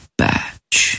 batch